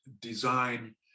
design